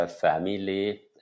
family